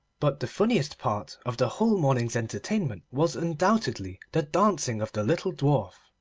but the funniest part of the whole morning's entertainment, was undoubtedly the dancing of the little dwarf.